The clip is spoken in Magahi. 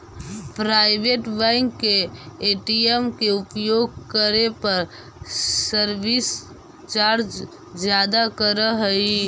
प्राइवेट बैंक के ए.टी.एम के उपयोग करे पर सर्विस चार्ज ज्यादा करऽ हइ